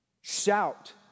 shout